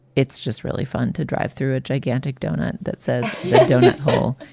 it's just really fun to drive through a gigantic donut that says that doughnut hole.